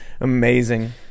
Amazing